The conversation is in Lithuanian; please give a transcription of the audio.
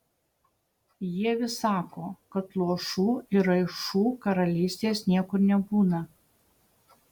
jie vis sako kad luošų ir raišų karalystės niekur nebūna